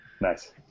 Nice